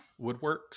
woodworks